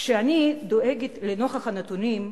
כשאני דואגת לנוכח הנתונים,